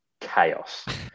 chaos